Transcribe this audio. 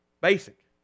Basic